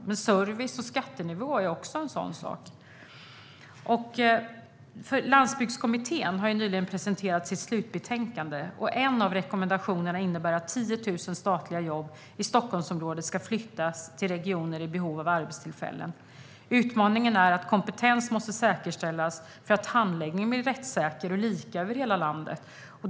Service och skattenivå är också en sådan sak. Landsbygdskommittén har nyligen presenterat sitt slutbetänkande. En av rekommendationerna innebär att 10 000 statliga jobb i Stockholmsområdet ska flyttas till regioner i behov av arbetstillfällen. Utmaningen är att kompetens måste säkerställas för att handläggningen blir rättssäker och lika över hela landet.